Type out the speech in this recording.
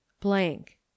blank